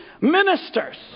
ministers